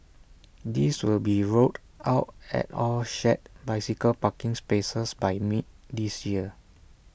these will be rolled out at all shared bicycle parking spaces by mid this year